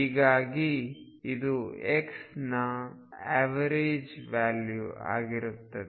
ಹೀಗಾಗಿ ಇದು x ಇನ ಎವರೇಜ್ ವ್ಯಾಲ್ಯೂ ಆಗಿರುತ್ತದೆ